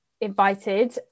invited